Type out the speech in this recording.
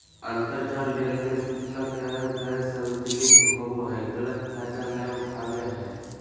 अंतरजाल लेनदेन सूचना के गैर सार्वजनिक होबो के गलत फायदा नयय उठाबैय हइ